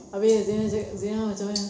habis zina cakap zina macam mana